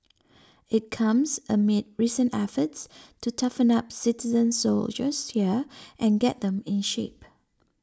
it comes amid recent efforts to toughen up citizen soldiers here and get them in shape